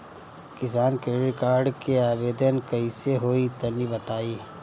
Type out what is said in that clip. किसान credit card के आवेदन कईसे होई तनि बताई?